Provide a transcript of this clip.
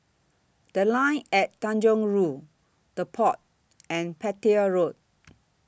The Line At Tanjong Rhu The Pod and Petir Road